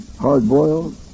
hard-boiled